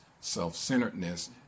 self-centeredness